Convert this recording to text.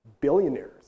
billionaires